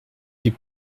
des